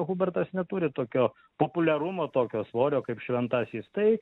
hubertas neturi tokio populiarumo tokio svorio kaip šventasis tai